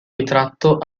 ritratto